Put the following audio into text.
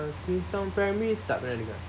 queenstown primary tak pernah dengar